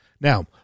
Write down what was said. Now